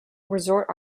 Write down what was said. resort